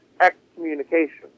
excommunication